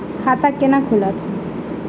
खाता केना खुलत?